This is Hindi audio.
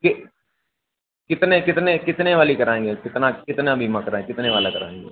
कर कितने कितने कितने वाली कराएंगे कितना कितना बीमा करा कितने वाला कराएंगे